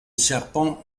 serpent